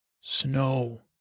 Snow